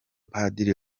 padiri